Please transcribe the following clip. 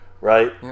right